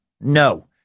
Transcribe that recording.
No